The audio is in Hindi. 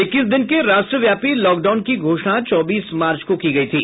इक्कीस दिन के राष्ट्रव्यापी लॉकडाउन की घोषणा चौबीस मार्च को की गई थी